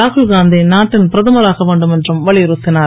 ராகுல் காந்தி நாட்டின் பிரதமராக வேண்டும் என்றும் வலியுறுத்தினுர்